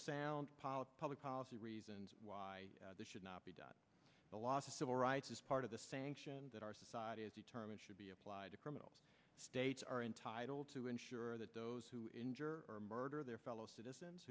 sound public policy reasons why they should not be done a lot of civil rights as part of the sanction that our society is determined should be applied to criminal states are entitled to ensure that those who injure or murder their fellow citizens